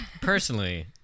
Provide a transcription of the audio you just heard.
Personally